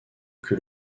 que